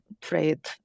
trade